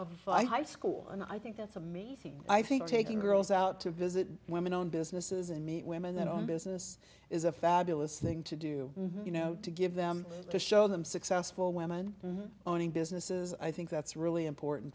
of high school and i think that's amazing i think taking girls out to visit women on businesses and meet women their own business is a fabulous thing to do you know to give them to show them successful women owning businesses i think that's really important